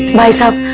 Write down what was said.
my son.